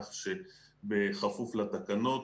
כך שבכפוף לתקנות,